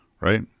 right